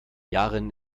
yaren